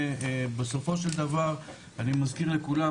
בסופו של דבר אני מזכיר לכולם,